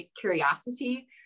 curiosity